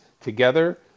together